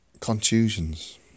contusions